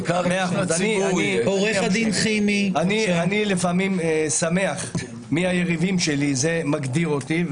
אני לפעמים שמח מי היריבים שלי, זה מגדיר אותי.